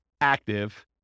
active